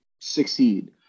succeed